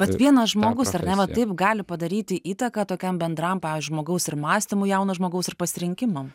vat vienas žmogus ar ne va taip gali padaryti įtaką tokiam bendram pavyzdžiui žmogaus ir mąstymui jauno žmogaus ir pasirinkimam